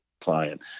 client